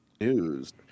news